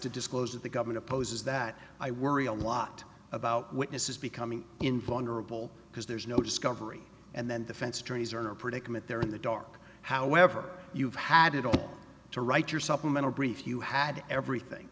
to disclose that the government opposes that i worry a lot about witnesses becoming involved or a ball because there's no discovery and then defense attorneys are in a predicament they're in the dark however you've had it all to write your supplemental brief you had everything